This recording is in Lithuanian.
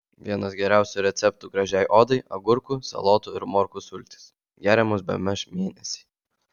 vienas geriausių receptų gražiai odai agurkų salotų ir morkų sultys geriamos bemaž mėnesį